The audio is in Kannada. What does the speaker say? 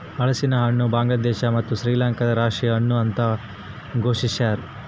ಹಲಸಿನಹಣ್ಣು ಬಾಂಗ್ಲಾದೇಶ ಮತ್ತು ಶ್ರೀಲಂಕಾದ ರಾಷ್ಟೀಯ ಹಣ್ಣು ಅಂತ ಘೋಷಿಸ್ಯಾರ